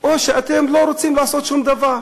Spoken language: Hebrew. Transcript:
או שאתם לא רוצים לעשות שום דבר.